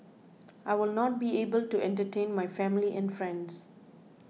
I will not be able to entertain my family and friends